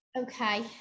Okay